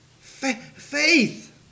Faith